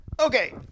Okay